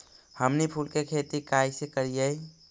हमनी फूल के खेती काएसे करियय?